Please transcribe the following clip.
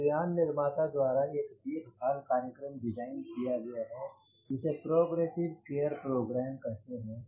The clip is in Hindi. वायु यान निर्माता द्वारा एक देख भाल कार्यक्रम डिज़ाइन किया गया है जिसे प्रोग्रेसिव केयर प्रोग्राम कहते हैं